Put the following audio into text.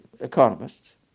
economists